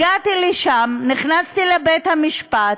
הגעתי לשם, נכנסתי לבית-המשפט,